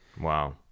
Wow